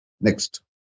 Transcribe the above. Next